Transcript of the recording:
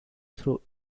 through